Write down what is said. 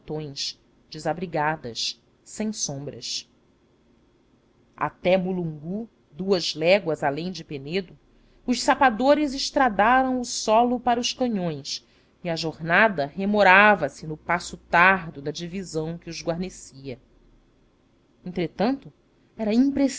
grotões desabrigadas sem sombras até mulungu duas léguas além do penedo os sapadores estradaram o solo para os canhões e a jornada remorava se no passo tardo da divisão que os guarnecia entretanto era